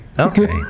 Okay